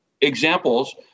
examples